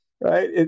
right